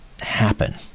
happen